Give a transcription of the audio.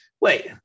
wait